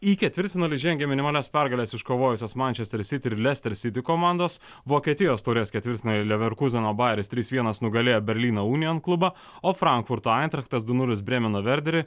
į ketvirtfinalį žengė minimalias pergales iškovojusios manchester city ir lester city komandos vokietijos taurės ketvirtfinaly leverkūzeno bajeris trys vienas nugalėjo berlyno union klubą o frankfurto aintrachtas du nulis brėmeno verderį